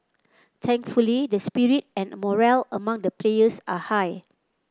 thankfully the spirit and morale among the players are high